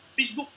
Facebook